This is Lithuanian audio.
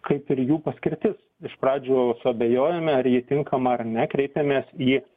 kaip ir jų paskirtis iš pradžių suabejojome ar ji tinkama ar ne kreipėmės į